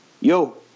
Yo